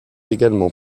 également